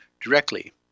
directly